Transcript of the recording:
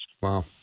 Wow